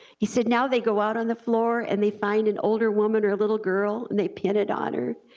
he said now they go out on the floor and they find an older woman or a little girl and they pin it on her.